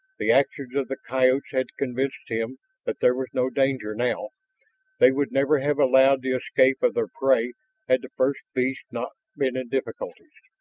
the actions of the coyotes had convinced him that there was no danger now they would never have allowed the escape of their prey had the first beast not been in difficulties.